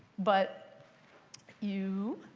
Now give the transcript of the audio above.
but you,